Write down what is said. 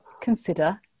consider